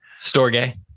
Storge